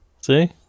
See